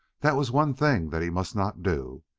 that was one thing that he must not do.